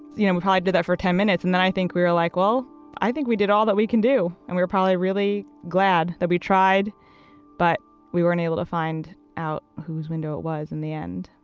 you know, we probably did that for ten minutes and then i think we were like, well i think we did all that we can do. and we were probably really glad that we tried but we weren't able to find out whose window it was in the end.